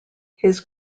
his